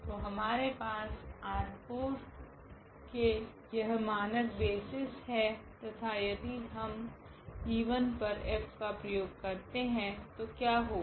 तो हमारे पास R4 के यह मानक बेसिस है तथा अब यदि हम e1 पर F का प्रयोग करते है तो क्या होगा